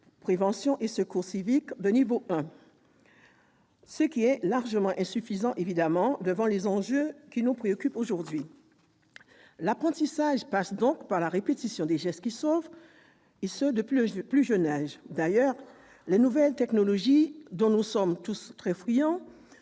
prévention et secours civiques de niveau 1 », ce qui est à l'évidence largement insuffisant devant les enjeux qui nous préoccupent aujourd'hui. L'apprentissage passe donc par la répétition des gestes qui sauvent, et ce dès le plus jeune âge. D'ailleurs, les nouvelles technologies, dont nous sommes tous très friands,